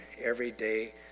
everyday